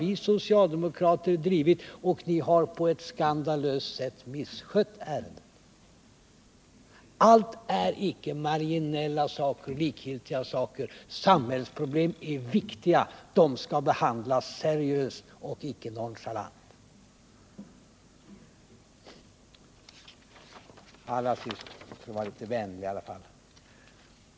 Vi socialdemokrater har drivit också det ärendet, men ni har på ett skandalöst sätt misskött det. Allting är inte marginellt och likgiltigt; samhällsproblem är viktiga saker som skall behandlas seriöst och icke nonchalant. Allra sist skall jag vara litet vänlig i alla fall.